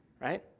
right